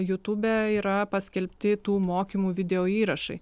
jutube yra paskelbti tų mokymų videoįrašai